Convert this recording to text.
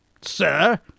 Sir